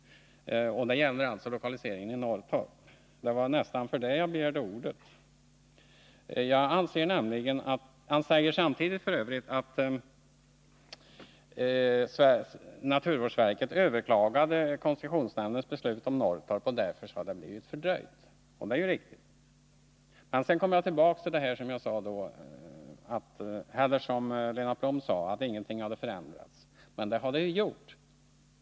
Det gällde alltså lokaliseringen i Norrtorp. Det var nästan bara på grund av detta som jag begärde ordet. Han sade f. ö. samtidigt att naturvårdsverket överklagade koncessionsnämndens beslut om Norrtorp och att arbetet med anläggningen därför blev fördröjt, och det är riktigt. Men för att gå tillbaka till det Lennart Blom sade om att ingenting hade förändrats, vill jag säga att det har gjort det.